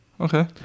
okay